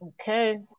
okay